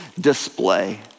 display